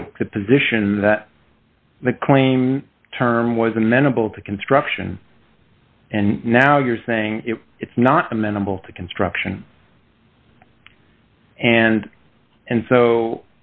take the position that the claim term was amenable to construction and now you're saying it's not amenable to construction and and so